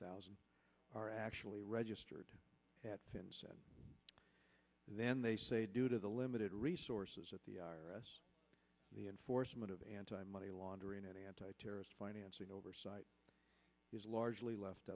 thousand are actually registered and then they say due to the limited resources of the i r s the enforcement of anti money laundering and anti terrorist financing oversight is largely left